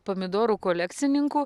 pomidorų kolekcininkų